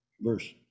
verse